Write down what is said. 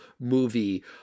movie